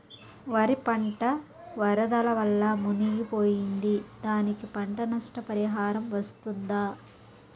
వరి పంట వరదల వల్ల మునిగి పోయింది, దానికి పంట నష్ట పరిహారం వస్తుందా?